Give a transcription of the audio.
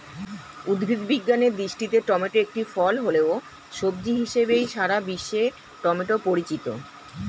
উদ্ভিদ বিজ্ঞানের দৃষ্টিতে টমেটো একটি ফল হলেও, সবজি হিসেবেই সারা বিশ্বে টমেটো পরিচিত